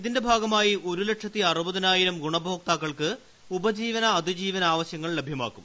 ഇതിന്റെ ഭാഗമായി ഒരു ലക്ഷത്തി അറുപതിനായിരം ഗുണഭോക്താക്കൾക്ക് ഉപജീവൻ അതിജീവന ആവശ്യങ്ങൾ ലഭ്യമാക്കും